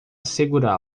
segurá